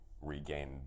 regain